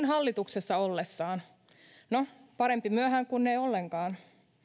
hallituksessa ollessaan no parempi myöhään kuin ei ollenkaan